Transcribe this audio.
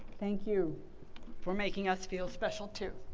thank you for making us feel special too.